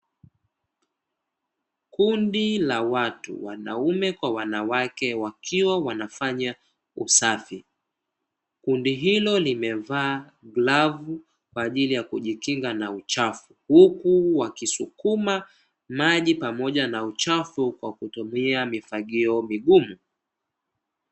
Kundi la watu wanaume kwa wanawake wakiwa wanafanya usafi, kundi hilo limevaa glovu kwa ajili ya kujikinga na uchafu huku wakisukuma maji pamoja na uchafu kwa kutumia mifagio migumu.